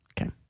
Okay